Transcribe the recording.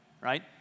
right